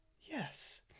yes